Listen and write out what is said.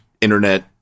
internet